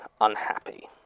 unhappy